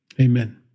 amen